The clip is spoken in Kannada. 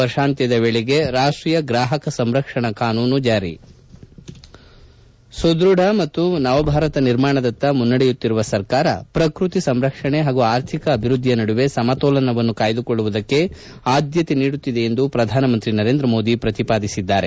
ವರ್ಷಾಂತ್ನದ ವೇಳೆಗೆ ರಾಷ್ಷೀಯ ಗ್ರಾಪಕ ಸಂರಕ್ಷಣಾ ಕಾನೂನು ಜಾರಿ ಸುದೃಢ ಮತ್ತು ನವಭಾರತ ನಿರ್ಮಾಣದಕ್ತ ಮುನ್ನಡೆಯುತ್ತಿರುವ ಸರ್ಕಾರ ಪ್ರಕೃತಿ ಸಂರಕ್ಷಣೆ ಹಾಗೂ ಆರ್ಥಿಕ ಅಭಿವೃದ್ದಿಯ ನಡುವೆ ಸಮತೋಲನವನ್ನು ಕಾಯ್ದುಕೊಳ್ಳುವುದಕ್ಕೆ ಆದ್ಯತೆ ನೀಡುತ್ತಿದೆ ಎಂದು ಪ್ರಧಾನಮಂತ್ರಿ ನರೇಂದ್ರ ಮೋದಿ ಪ್ರತಿಪಾದಿಸಿದ್ದಾರೆ